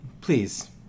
Please